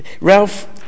Ralph